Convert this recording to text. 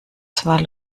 zwar